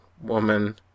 woman